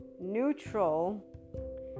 neutral